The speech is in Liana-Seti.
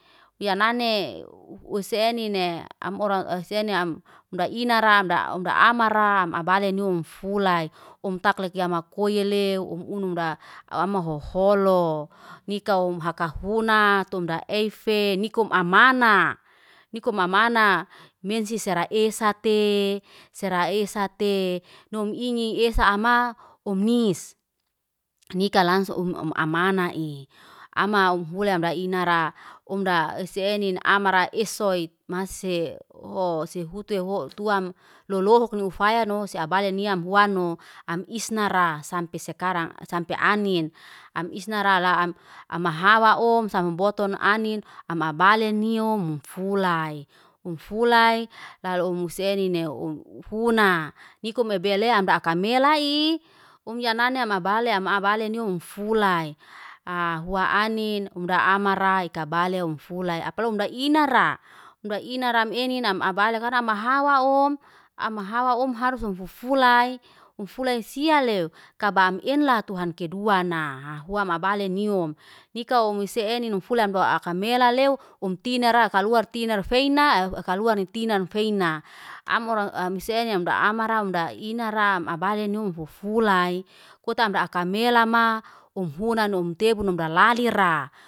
Ya nane usenine. Am ora seni am amda inara amda amara amabale nyumfulay. Umtak lekya ma koyele um un nda amaho holo. Nikaum haka funa tom efe nikom amanaa. Nikom amana menseray esate, seray esate nyum ingi esa ama um nis. Nika langsung um um amanai. Ama hum hula amda inara, omda esenin amara esoy mase ow sehutu ho tua m lolohok nyufaya no se abale niam huano, am isnara sampe sekarang, sampe anin. Am isnara la amahawa owm sama mboto anin am abali nioum fulai. Um fulai lalo umusenine umfuna, niko mebele amraka melai umyanani amabali amabali amabali nyiumfulai. hua anin umda amaray ikabali umfulai. Apaloi umda inara. Umda inara am ene nan amabali, karna am mahawa owm. Am hawa om harus rumfufulai. Umfufulai sialeoo kabam enla tuhan kedua na. Huam abale nyium, nika o um se enino hum fula omdakamelaleo, um tinara. Kaluar tinar feina, kaluar ni tinan feina. Am orang am senina am da amara am da inaram am abaenum fufulai. Kota am da aka melama um hunano umtebuno amdalalira.